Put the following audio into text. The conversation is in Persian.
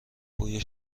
بوی